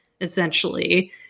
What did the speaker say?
essentially